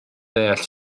deall